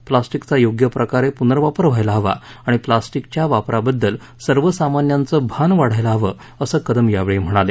प्लास्टिकचा योग्य प्रकारे पुनर्वापर व्हायला हवा आणि प्लास्टिकच्या वापराबद्दल सर्वसामान्यांचं भान वाढायला हवं असं कदम यावेळी म्हणाले